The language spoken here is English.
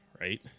right